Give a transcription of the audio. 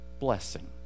blessing